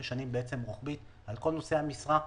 משנים רוחבית בצורה שתחול על כל נושאי המשרה.